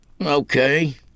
Okay